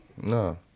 No